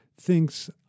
thinks